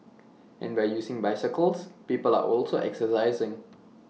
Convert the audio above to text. and by using bicycles people are also exercising